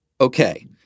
Okay